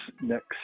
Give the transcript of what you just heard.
next